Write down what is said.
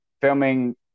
filming